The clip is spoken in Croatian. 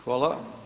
Hvala.